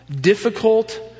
difficult